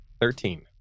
thirteen